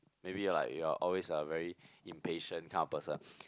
maybe like you're always a very impatient kind of person